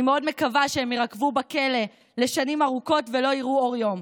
אני מאוד מקווה שהם יירקבו בכלא לשנים ארוכות ולא יראו אור יום.